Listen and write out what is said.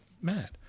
mad